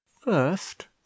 first